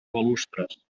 balustres